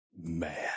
man